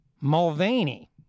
Mulvaney